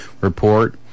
report